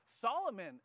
Solomon